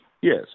Yes